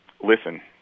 listen